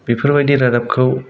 बेफोरबायदि रादाबखौ